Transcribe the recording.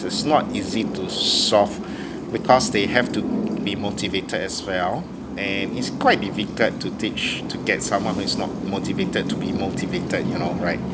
is not easy to solve because they have to be motivated as well and it's quite difficult to teach to get someone who is not motivated to be motivated you know right